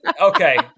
Okay